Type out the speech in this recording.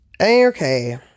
Okay